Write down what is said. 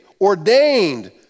ordained